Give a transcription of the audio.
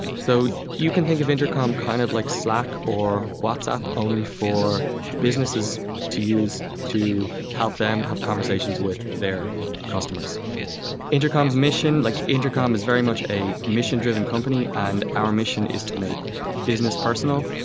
so you can think of intercom kind of like slack or whatsapp, only for businesses to use to help them have conversations with their customers intercom's mission like intercom is very much a mission-driven company, and our mission is to make business personal.